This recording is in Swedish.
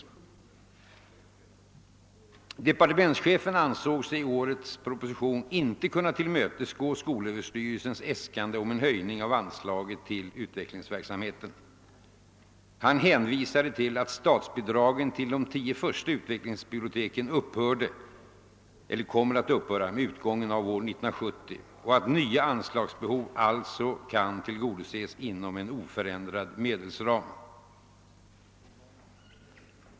I årets statsverksproposition ansåg sig departementschefen inte kunna tillmötesgå skolöverstyrelsens äskande om en höjning av anslaget till utvecklingsverksamheten. Han hänvisade till att statsbidragen till de tio första utveck. lingsbiblioteken upphörde eller kommer att upphöra med utgången av år 1970 och att nya anslagsbehov alltså kan tillgodoses inom en oförändrad medelsram.